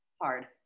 hard